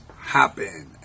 happen